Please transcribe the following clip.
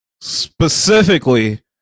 specifically